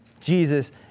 Jesus